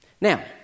Now